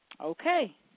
Okay